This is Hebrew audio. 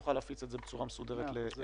שאוכל להפיץ את זה בצורה מסודרת לחברי הכנסת.